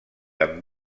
amb